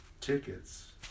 tickets